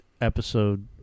episode